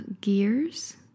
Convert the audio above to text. gears